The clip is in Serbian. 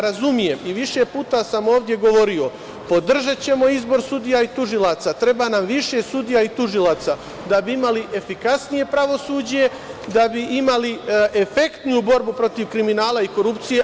Razumem i više puta sam ovde govorio - podržaćemo izbor sudija i tužilaca, treba nam više sudija i tužilaca da bi imali efikasnije pravosuđe, da bi imali efektnu borbu protiv kriminala i korupcije.